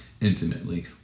Intimately